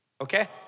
Okay